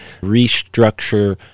restructure